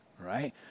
right